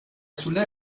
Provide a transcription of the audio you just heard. sulla